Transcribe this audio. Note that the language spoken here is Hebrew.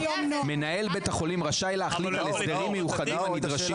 מנהל בית החולים רשאי להחליט על הסדרים מיוחדים הנדרשים